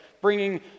bringing